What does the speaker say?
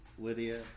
Lydia